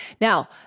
Now